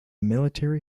military